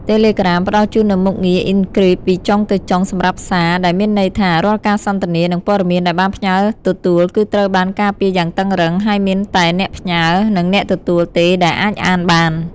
តេឡេក្រាមផ្តល់ជូននូវមុខងារអុិនគ្រីបពីចុងទៅចុង សម្រាប់សារ ដែលមានន័យថា រាល់ការសន្ទនា និងព័ត៌មានដែលបានផ្ញើទទួល គឺត្រូវបានការពារយ៉ាងតឹងរ៉ឹង ហើយមានតែអ្នកផ្ញើ និងអ្នកទទួលទេដែលអាចអានបាន។